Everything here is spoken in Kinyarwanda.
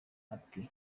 ati